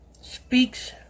Speaks